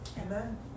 Amen